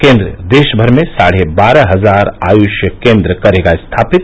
केन्द्र देशभर में साढ़े बारह हजार आयुष केन्द्र करेगा स्थापित